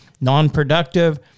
non-productive